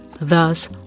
Thus